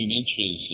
inches